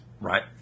right